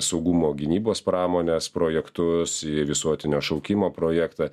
saugumo gynybos pramonės projektus visuotinio šaukimo projektą